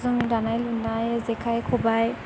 जोंनि दानाय लुनाय जेखाइ खबाइ